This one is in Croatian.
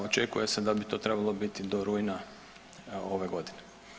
Očekuje se da bi to trebalo biti do rujna ove godine.